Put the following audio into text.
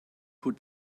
put